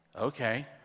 Okay